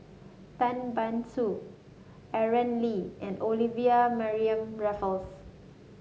Tan Ban Soon Aaron Lee and Olivia Mariamne Raffles